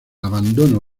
abandono